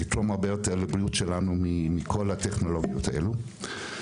זה יתרום הרבה יותר לבריאות שלנו מכל הטכנולוגיות האלו.